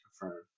confirm